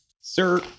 Sir